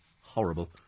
Horrible